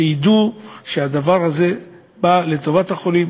שידעו שהדבר הזה בא לטובת החולים,